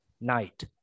Night